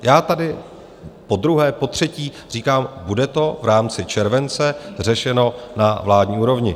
Já tady podruhé, potřetí říkám, bude to v rámci července řešeno na vládní úrovni.